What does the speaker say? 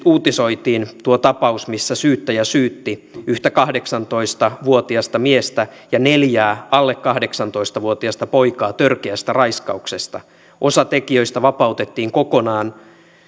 uutisoitiin tuo tapaus missä syyttäjä syytti yhtä kahdeksantoista vuotiasta miestä ja neljää alle kahdeksantoista vuotiasta poikaa törkeästä raiskauksesta osa tekijöistä vapautettiin kokonaan